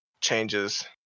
changes